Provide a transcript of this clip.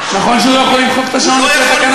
נכון שהוא לא יכול למחוק את השעון לפי התקנון?